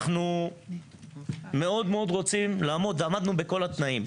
אנחנו מאוד מאוד רוצים לעמוד ועמדנו בכל התנאים,